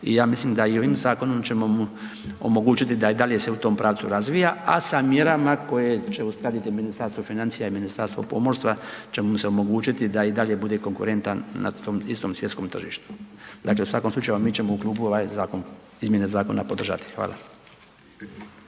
i ja mislim da i ovim zakonom će mu omogućiti da i dalje se u tom pravcu razvija a sa mjerama koje će uskladiti Ministarstvo financija i Ministarstvo pomorstva će mu se omogućiti da i dalje bude konkurentan na tom istom svjetskom tržištu. Dakle u svakom slučaju, mi ćemo u klubu ovaj zakon, izmjene zakona podržati.